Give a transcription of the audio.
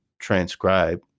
transcribe